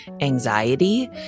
anxiety